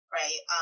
right